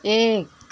एक